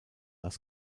das